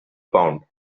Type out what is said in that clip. pound